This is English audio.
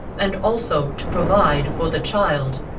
and also to provide for the child.